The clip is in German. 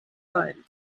ein